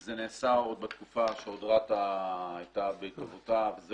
זה נעשה בתקופה שעוד רת"א הייתה בהתהוותה וזה